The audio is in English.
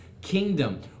kingdom